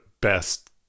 best